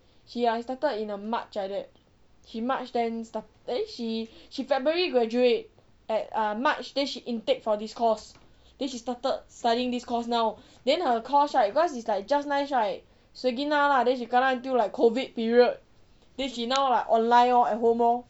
she like started in the march like that she march then start eh she she february graduate like eh march then she intake for this course then she started studying this course now then her course right cause it's like just nice right suay ginna lah she kena until like COVID period then she now like online lor at home lor